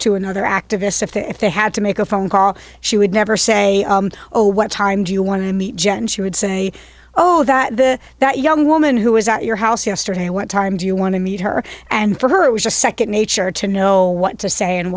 to another activist if they if they had to make a phone call she would never say oh what time do you want to meet jen she would say oh that this that young woman who was at your house yesterday what time do you want to meet her and for her it was just second nature to know what to say and